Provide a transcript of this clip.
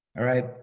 alright,